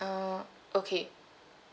uh okay